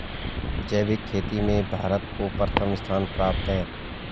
जैविक खेती में भारत को प्रथम स्थान प्राप्त है